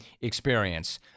experience